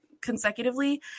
consecutively